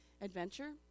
adventure